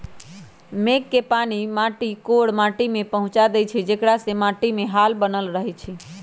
मेघ के पानी माटी कोर माटि में पहुँचा देइछइ जेकरा से माटीमे हाल बनल रहै छइ